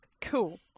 cool